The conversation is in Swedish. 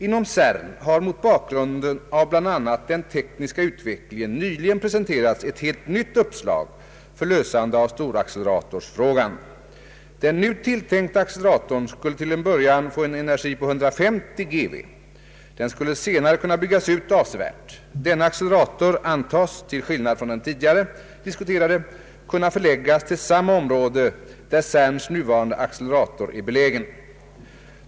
Inom CERN har mot bakgrund av bl.a. den tekniska utvecklingen nyligen presenterats ett helt nytt uppslag för lösande av storacceleratorsfrågan. Den nu tilltänkta acceleratorn skulle till en början få energin 150 GeV. Den skulle senare kunna byggas ut avsevärt. Denna accelerator antas till skillnad från den tidigare diskuterade kunna förläggas till samma område där CERN:s nuvarande accelerator är belägen.